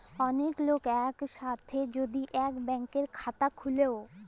ওলেক লক এক সাথে যদি ইক ব্যাংকের খাতা খুলে ও